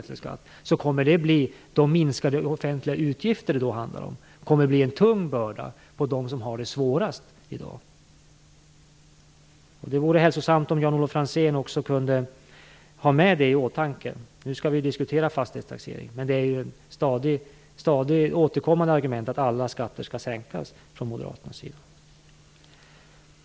Det kommer då att handla om minskade offentliga utgifter, och det kommer att bli en tung börda för dem som har det svårast i dag. Det vore hälsosamt om Jan-Olof Franzén också kunde ha det i åtanke. Nu skall vi diskutera fastighetstaxeringen. Men det är ett ständigt återkommande argument från moderaternas sida att alla skatter skall sänkas.